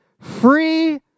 free